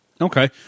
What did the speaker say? Okay